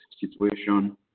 situation